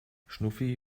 schnuffi